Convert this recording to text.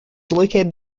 located